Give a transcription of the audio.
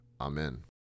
Amen